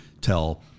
tell